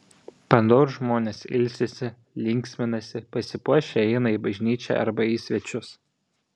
padorūs žmonės ilsisi linksminasi pasipuošę eina į bažnyčią arba į svečius